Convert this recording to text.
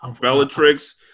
Bellatrix